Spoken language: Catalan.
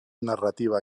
narrativa